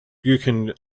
buchan